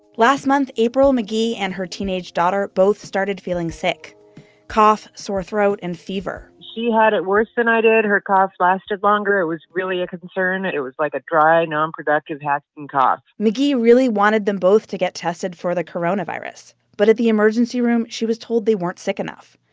last month april mcghee and her teenage daughter both started feeling sick cough, sore throat and fever she had it worse than i did. her coughs lasted longer. it was really a concern. it it was like a dry, non-productive, hacking cough mcghee really wanted them both to get tested for the coronavirus. but at the emergency room, she was told they weren't sick enough,